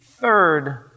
third